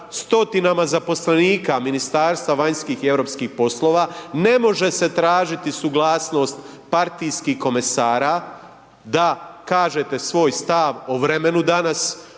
stotinama zaposlenika, Ministarstva vanjskih i europskih poslova. Ne može se tražiti suglasnost partijskih komesara da kažete svoj stav o vremenu danas,